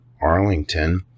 Arlington